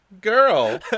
girl